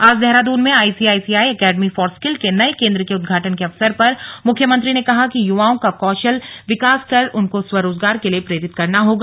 आज देहरादून में ICICI academy for skill के नये केन्द्र के उद्घाटन के अवसर पर मुख्यमंत्री ने कहा कि युवाओं का कौशल विकास कर उनको स्वरोजगार के लिए प्रेरित करना होगा